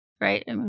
Right